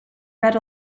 read